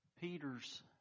Peter's